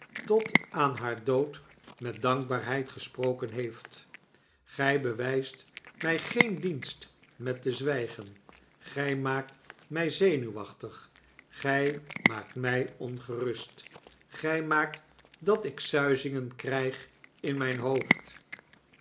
tot aan haar dood met dankbaarheid gesproken heeft gy bewyst my geen dienst met te zwygen gy maakt my zenuwachtig gy maakt my ongerust gy maakt dat ik suizingen kryg in myn hoofd